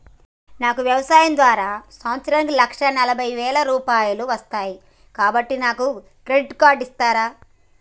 నాకు వ్యవసాయం ద్వారా సంవత్సరానికి లక్ష నలభై వేల రూపాయలు వస్తయ్, కాబట్టి నాకు క్రెడిట్ కార్డ్ ఇస్తరా?